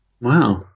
Wow